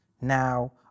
Now